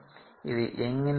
ഇത് എങ്ങനെ ചെയ്യും